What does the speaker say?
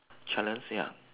challenge ya